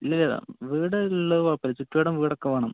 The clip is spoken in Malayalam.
ഇല്ലിലില്ല വീട് ഉള്ളത് കുഴപ്പമില്ല ചുറ്റ് വട്ടം വീടൊക്കെ വേണം